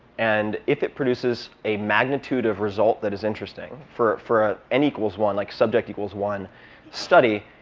and if it produces a magnitude of result that is interesting for for n equals one, like subject equals one study,